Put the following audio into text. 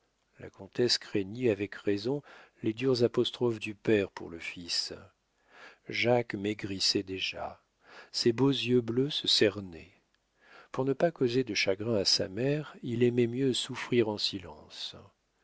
la comtesse craignit avec raison les dures apostrophes du père pour le fils jacques maigrissait déjà ses beaux yeux bleus se cernaient pour ne pas causer de chagrin à sa mère il aimait mieux souffrir en silence